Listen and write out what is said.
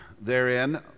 therein